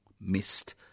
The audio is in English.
missed